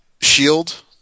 shield